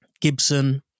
Gibson